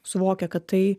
suvokia kad tai